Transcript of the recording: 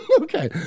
Okay